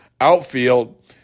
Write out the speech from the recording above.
Outfield